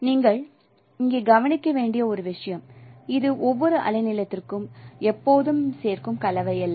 நீங்கள் இங்கே கவனிக்க வேண்டிய ஒரு விஷயம் இது ஒவ்வொரு அலைநீளத்திற்கும் எப்போதும் சேர்க்கும் கலவை அல்ல